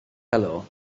helo